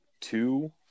two